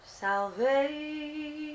salvation